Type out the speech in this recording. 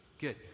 Good